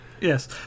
Yes